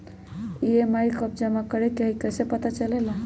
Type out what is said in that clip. EMI कव जमा करेके हई कैसे पता चलेला?